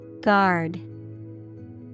Guard